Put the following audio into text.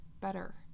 better